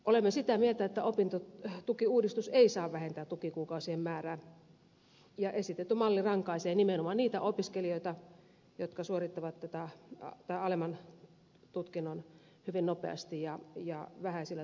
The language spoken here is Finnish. olemme sitä mieltä että opintotukiuudistus ei saa vähentää tukikuukausien määrää ja esitetty malli rankaisee nimenomaan niitä opiskelijoita jotka suorittavat alemman tutkinnon hyvin nopeasti ja vähäisillä tukikuukausilla